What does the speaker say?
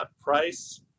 price